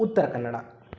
Uttara Kannada